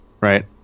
right